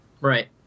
Right